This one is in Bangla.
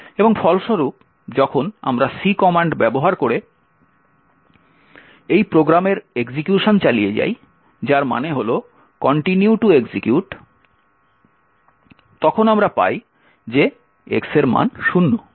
এবং ফলস্বরূপ যখন আমরা C কমান্ড ব্যবহার করে এই প্রোগ্রামের এক্সিকিউটেশন চালিয়ে যাই যার মানে হল কন্টিনিউ টু এক্সিকিউট তখন আমরা পাই যে x এর মান শূন্য